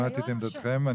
שמעתי את עמדתכם.